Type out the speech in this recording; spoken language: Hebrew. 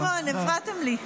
סימון, הפרעתם לי.